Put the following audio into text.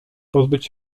pozbyć